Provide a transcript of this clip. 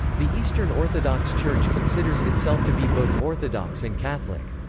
the eastern orthodox church considers itself to be both orthodox and catholic.